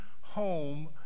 home